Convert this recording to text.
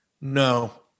No